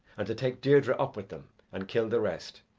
and to take deirdre up with them and kill the rest.